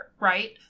right